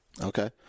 Okay